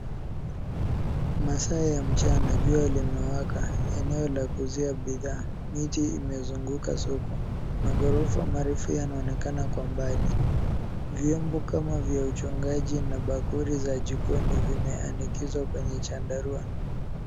Masaa ya mchana, jua limewaka. Eneo la kuuzia bidhaa. Miti imezunguka soko. Maghorofa marefu yanaonekana kwa mbali, vyombo kama vya uchungaji, na bakuli za jikoni zimeanikizwa kwenye chandarua.